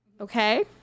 Okay